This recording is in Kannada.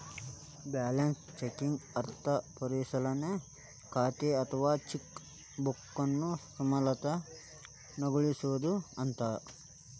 ಬ್ಯಾಲೆನ್ಸ್ ಚೆಕಿಂಗ್ ಅರ್ಥ ಪರಿಶೇಲನಾ ಖಾತೆ ಅಥವಾ ಚೆಕ್ ಬುಕ್ನ ಸಮತೋಲನಗೊಳಿಸೋದು ಅಂತ